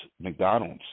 McDonald's